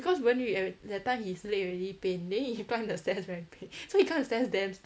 because wenyu at that time his leg already pain then he climb the stairs very pain so he climb the stairs damn slow